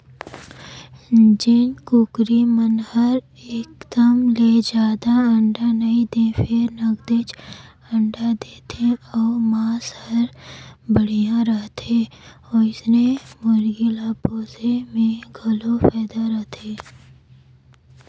जेन कुकरी मन हर एकदम ले जादा अंडा नइ दें फेर नगदेच अंडा देथे अउ मांस हर बड़िहा रहथे ओइसने मुरगी ल पोसे में घलो फायदा रथे